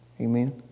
Amen